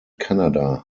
canada